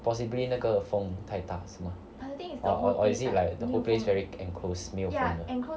possibly 那个风太大是吗 or is it like the whole place very enclosed 没有风的